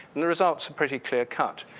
and the results are pretty clear cut.